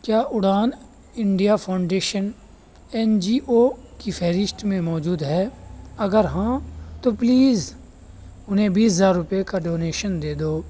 کیا Udaan India foundation N G O کی فہرست میں موجود ہے اگر ہاں تو پلیز انہیں بیس ہزار روپئے کا ڈونیشن دے دو